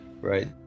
right